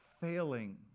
failing